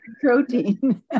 protein